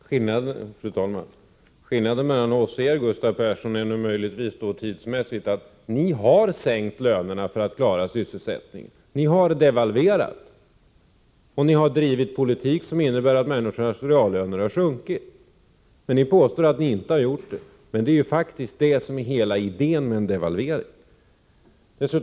Fru talman! Skillnaden mellan oss, Gustav Persson, är att ni har sänkt lönerna för att klara sysselsättningen, ni har devalverat och ni har drivit en politik som innebär att människornas reallöner har sjunkit. Ni påstår att ni inte har gjort det, men det är faktiskt det som är hela idén med en devalvering.